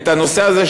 את הנושא הזה,